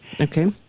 Okay